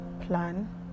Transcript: plan